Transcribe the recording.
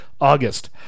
August